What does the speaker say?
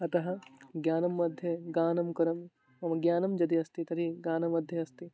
अतः ज्ञानं मध्ये गानं करोमि मम ज्ञानं यदि अस्ति तर्हि गानमध्ये अस्ति